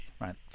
right